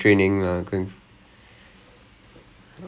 for for training and everything and all that